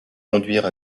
conduire